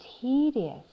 tedious